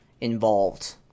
involved